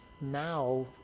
now